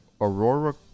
Aurora